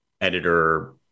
editor